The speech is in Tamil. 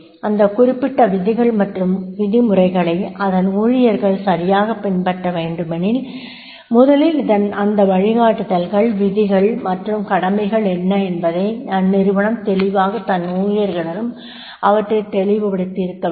அந்த குறிப்பிட்ட விதிகள் மற்றும் விதிமுறைகளை அதன் ஊழியர்கள் சரியாகப் பின்பற்றவேண்டுமெனில் முதலில் இந்த வழிகாட்டுதல்கள் விதிகள் மற்றும் கடமைகள் என்ன என்பதை அந்நிறுவனம் தெளிவாக தன் ஊழியர்களிடம் அவற்றை தெளிவுபடுத்தியிருக்கவேண்டும்